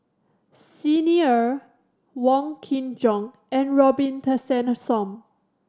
Xi Ni Er Wong Kin Jong and Robin Tessensohn